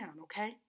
Okay